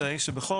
אם השר